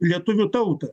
lietuvių tautą